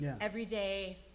everyday